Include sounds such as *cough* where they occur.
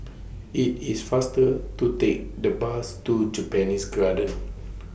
*noise* IT IS faster to Take The Bus to Japanese Garden *noise*